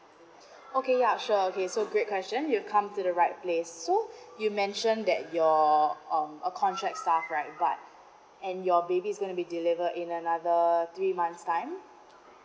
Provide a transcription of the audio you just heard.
okay ya sure okay so great question you've come to the right place so you mentioned that your um a contract staff right but and your baby is gonna be delivered in another three months time